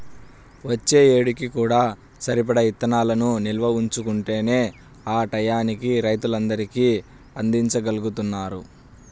వచ్చే ఏడుకి కూడా సరిపడా ఇత్తనాలను నిల్వ ఉంచుకుంటేనే ఆ టైయ్యానికి రైతులందరికీ అందిచ్చగలుగుతారు